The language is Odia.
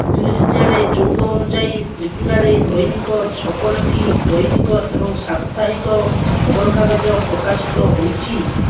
ଦୁଇହଜାର ଚଉଦ ଅନୁଯାୟୀ ତ୍ରିପୁରାରେ ଦୈନିକ ଛପନଟି ଦୈନିକ ଏବଂ ସାପ୍ତାହିକ ଖବରକାଗଜ ପ୍ରକାଶିତ ହୋଇଛି